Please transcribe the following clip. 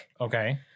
Okay